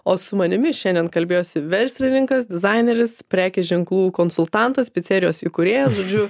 o su manimi šiandien kalbėjosi verslininkas dizaineris prekės ženklų konsultantas picerijos įkūrėjas žodžiu